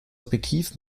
objektiv